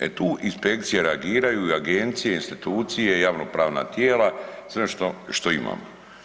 E tu inspekcije reagiraju i agencije, institucije, javnopravna tijela sve što imamo.